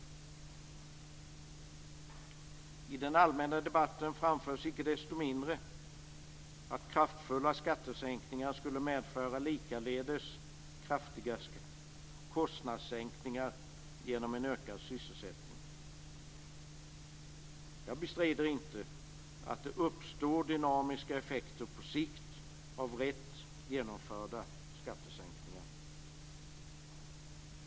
I den allmänna debatten framförs icke desto mindre att kraftfulla skattesänkningar skulle medföra likaledes kraftiga kostnadssänkningar genom en ökad sysselsättning. Jag bestrider inte att det uppstår dynamiska effekter på sikt av riktigt genomförda skattesänkningar.